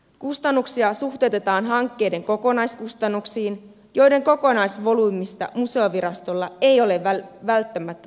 kustannuksia suhteutetaan hankkeiden kokonaiskustannuksiin joiden kokonaisvolyymistä museovirastolla ei ole välttämättä tarkkaa tietoa